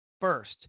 first